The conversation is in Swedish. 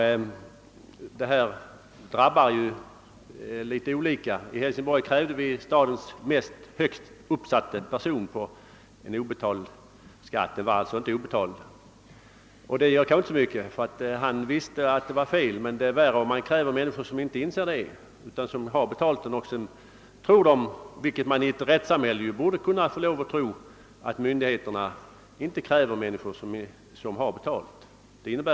Felkrediteringarna drabbar litet olika. 1 Hälsingborg krävde vi exempelvis stadens högst uppsatte person på skatt fastän den var betald. Det gjorde inte så mycket den gången, eftersom vederbörande förstod att ett fel hade begåtts. Det är värre när man kräver människor som inte inser att det föreligger något fel utan som har betalt skatt och sedan tror — vilket de borde ha lov att göra — att myndigheterna inte kräver människor som har betalt sin skatt.